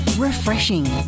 Refreshing